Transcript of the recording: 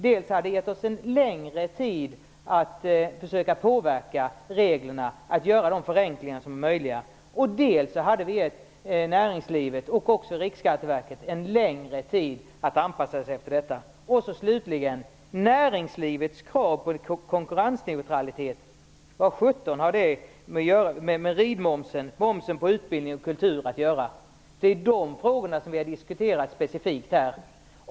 Dels hade det gett oss längre tid att försöka påverka reglerna, att göra de förenklingar som är möjliga, dels hade det gett näringslivet och Riksskatteverket längre tid att anpassa sig efter detta. Slutligen vill jag fråga vad sjutton näringslivets krav på konkurrensneutralitet har med ridmomsen, momsen på utbildning och på kultur att göra. Det är de frågorna som vi har diskuterat specifikt här.